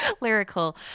lyrical